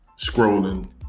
scrolling